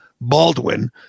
Baldwin